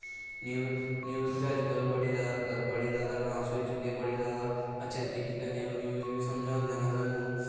news बी अजकल बड़ी जादा अड़वांस होई चुकी दी ऐ बड़ी जादा अच्छे तरीके कन्नै ओहे न्यूज बी समझांदे न स्हानू